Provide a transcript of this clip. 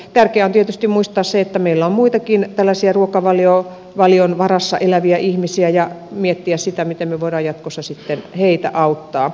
tärkeää on tietysti muistaa se että meillä on muitakin tällaisia ruokavalion varassa eläviä ihmisiä ja miettiä sitä miten me voimme jatkossa sitten heitä auttaa